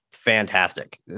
fantastic